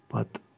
پتہٕ